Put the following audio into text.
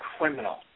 criminal